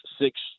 six